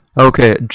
Okay